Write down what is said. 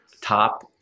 top